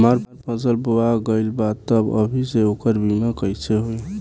हमार फसल बोवा गएल बा तब अभी से ओकर बीमा कइसे होई?